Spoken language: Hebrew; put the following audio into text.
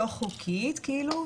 לא חוקית כאילו,